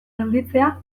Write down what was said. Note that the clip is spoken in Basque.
gelditzea